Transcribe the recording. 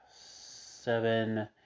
seven